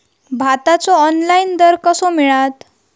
भाताचो ऑनलाइन दर कसो मिळात?